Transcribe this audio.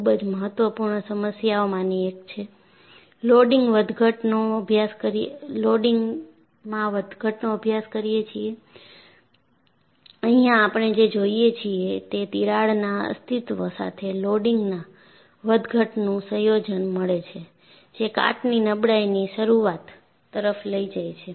તે ખૂબ જ મહત્વપૂર્ણ સમસ્યાઓમાંની એક છે લોડિંગ વધઘટનો અભ્યાસ કરીએ છીએ અહીંયા આપણે જે જોઈએ છીએ તે તિરાડના અસ્તિત્વ સાથે લોડિંગના વધઘટનું સંયોજન મળે છે જે કાટની નબળાઈની શરૂઆત તરફ લઈ જાય છે